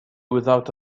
without